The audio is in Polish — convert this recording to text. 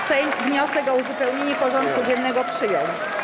Sejm wniosek o uzupełnienie porządku dziennego przyjął.